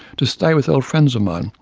to stay with old friends of mine,